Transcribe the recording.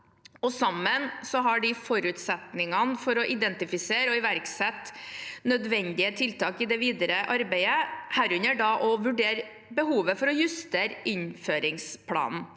sammen har de forutsetningene for å identifisere og iverksette nødvendige tiltak i det videre arbeidet, herunder å vurdere behovet for å justere innføringsplanen.